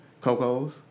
Cocos